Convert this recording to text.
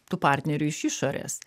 tų partnerių iš išorės